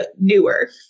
newer